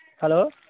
hello